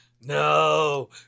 No